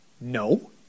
no